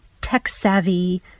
tech-savvy